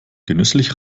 genüsslich